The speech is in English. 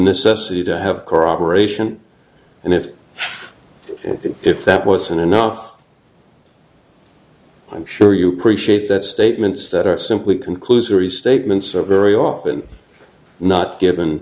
necessity to have corroboration and if if that wasn't enough i'm sure you prescience that statements that are simply conclusory statements are very often not given